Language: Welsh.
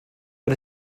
bod